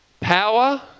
Power